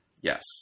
Yes